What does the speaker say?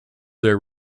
their